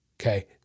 okay